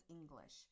English